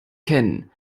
kennen